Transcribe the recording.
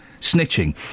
snitching